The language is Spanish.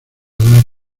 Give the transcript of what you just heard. dar